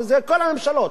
וזה כל הממשלות,